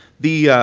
the